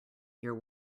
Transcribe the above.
your